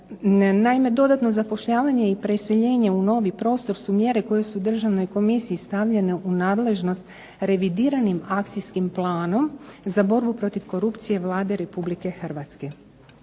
Naime, dodatno zapošljavanje i preseljenje u novi prostor su mjere koje su Državnoj komisiji stavljene u nadležnost revidiranim akcijskim planom za borbu protiv korupcije Vlade Republike Hrvatske